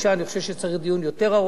אני חושב שצריך דיון יותר ארוך.